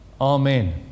Amen